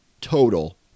total